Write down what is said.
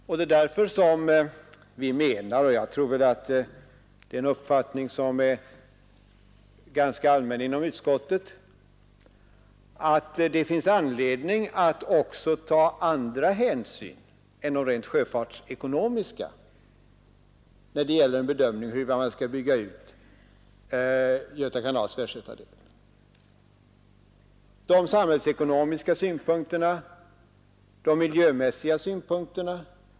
Vi menar emellertid — och jag tror väl att det är en uppfattning som är ganska allmän inom utskottet — att det finns anledning att också ta andra hänsyn än de rent sjöfartsekonomiska när det gäller en bedömning av huruvida man skall bygga ut Göta kanals västgötadel: de samhällsekonomiska synpunkterna, de miljömässiga synpunkterna.